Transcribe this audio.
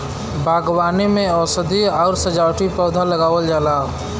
बागवानी में औषधीय आउर सजावटी पौधा लगावल जाला